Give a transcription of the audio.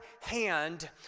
hand